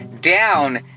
down